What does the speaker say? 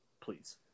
please